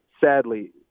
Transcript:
sadly